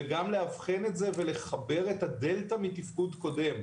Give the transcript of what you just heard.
וגם לאבחן את זה ולחבר את הדלתא מתפקוד קודם,